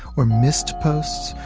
or missed posts,